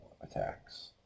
attacks